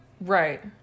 Right